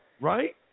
right